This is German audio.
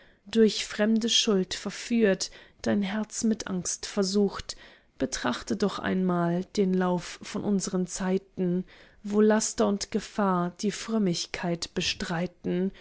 durch fremde schuld verführt dein herz mit angst versucht betrachte doch einmal den lauf von unsern zeiten wo laster und gefahr die frömmigkeit bestreiten